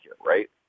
Right